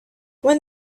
when